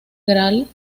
gral